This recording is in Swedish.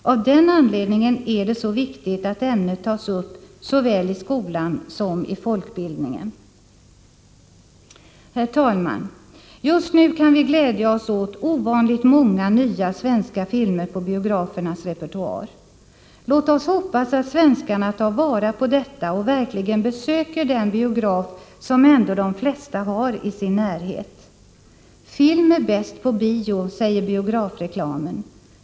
Av den anledningen är det så viktigt att ämnet tas upp såväl i skolan som i folkbildningen. Herr talman! Just nu kan vi glädja oss åt ovanligt många nya svenska filmer på biografernas repertoar. Låt oss hoppas att svenskarna tar vara på detta och verkligen besöker en biograf, som de flesta har i sin närhet. Film är bäst på bio, säger biografreklamen.